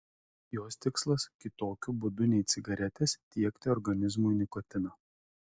jos tikslas kitokiu būdu nei cigaretės tiekti organizmui nikotiną